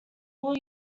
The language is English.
will